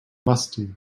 musty